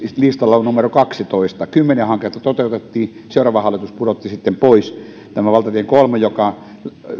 listalla numero kahdennentoista kymmenen hanketta toteutettiin seuraava hallitus pudotti sitten pois tämän valtatie kolmen joka